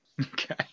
Okay